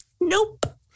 Nope